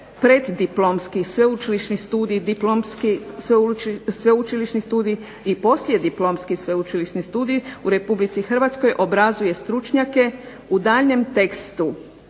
prediplomski sveučilišni studij i poslijediplomski sveučilišni studij u Republici Hrvatskoj obrazuje stručnjake u daljnjem tekstu